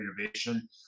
innovation